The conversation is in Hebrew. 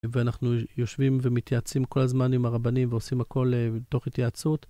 ואנחנו יושבים ומתייעצים כל הזמן עם הרבנים ועושים הכל תוך התייעצות.